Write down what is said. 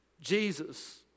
Jesus